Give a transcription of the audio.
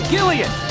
Gillian